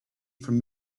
from